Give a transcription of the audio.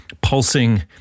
pulsing